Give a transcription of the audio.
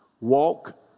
walk